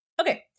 Okay